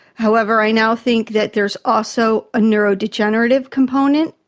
however, i now think that there's also a neurodegenerative component,